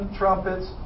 trumpets